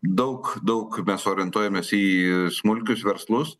daug daug mes orientuojamės į smulkius verslus